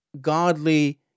godly